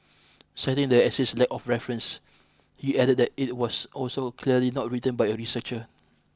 citing the essay's lack of references he added that it was also clearly not written by a researcher